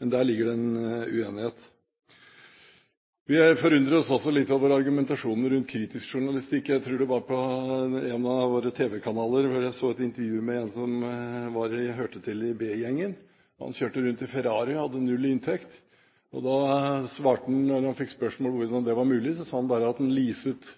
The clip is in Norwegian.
uenighet. Vi forundrer oss også litt over argumentasjonen rundt kritisk journalistikk. Jeg tror det var på en av våre tv-kanaler hvor jeg så et intervju med en som hørte til i B-gjengen. Han kjørte rundt i Ferrari og hadde null i inntekt. Han svarte – da han fikk spørsmål om hvordan det var mulig – at han leaset